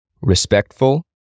respectful